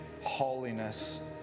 holiness